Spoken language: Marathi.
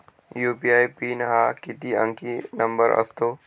यू.पी.आय पिन हा किती अंकी नंबर असतो?